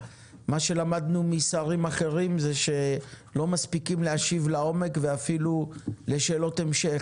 למדנו שלא כל השרים מספיקים להשיב לעומק ויש גם שאלות המשך,